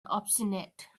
obstinate